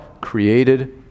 created